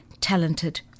talented